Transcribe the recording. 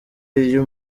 iyo